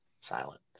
silent